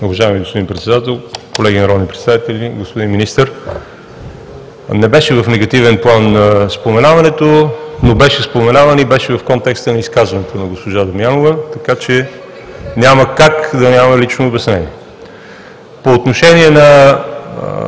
Уважаеми господин Председател, колеги народни представители, господин Министър! Не беше в негативен план споменаването, но беше споменаване и беше в контекста на изказването на госпожа Дамянова, така че няма как да няма лично обяснение. МИЛЕНА